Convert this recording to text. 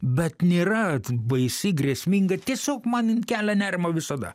bet nėra baisi grėsminga tiesiog man kelia nerimą visada